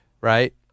right